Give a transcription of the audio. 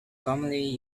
commonly